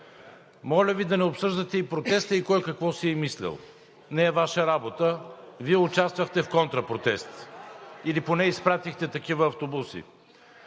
Моля Ви да не обсъждате и протеста и кой какво си е мислил. Не е Ваша работа. Вие участвахте в контрапротест или поне изпратихте такива автобуси.